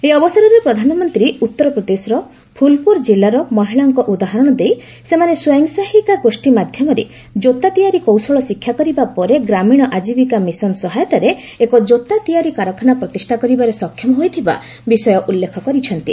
ଏହି ଅବସରରେ ପ୍ରଧାନମନ୍ତ୍ରୀ ଉତ୍ତର ପ୍ରଦେଶର ଫୁଲପୁର ଜିଲ୍ଲାର ମହିଳାଙ୍କ ଉଦାହରଣ ଦେଇ ସେମାନେ ସ୍ୱୟଂ ସହାୟିକା ଗୋଷ୍ଠୀ ମାଧ୍ୟମରେ କୋତା ତିଆରି କୌଶଳ ଶିକ୍ଷାକରିବା ପରେ ଗ୍ରାମୀଣ ଆଜିବିକା ମିଶନ ସହାୟତାରେ ଏକ ଜୋତା ତିଆରି କାରଖାନା ପ୍ରତିଷ୍ଠା କରିବାରେ ସକ୍ଷମ ହୋଇଥିବା ବିଷୟ ଉଲ୍ଲେଖ କରିଛନ୍ତି